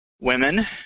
Women